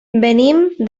venim